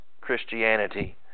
Christianity